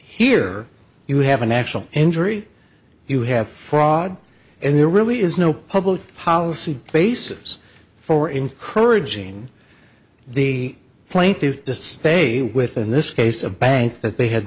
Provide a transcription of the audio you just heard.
here you have an actual injury you have fraud and there really is no public policy basis for encouraging the plaintive to stay with in this case a bank that they had